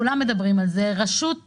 כולם מדברים על זה רשות המים,